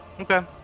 Okay